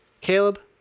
Caleb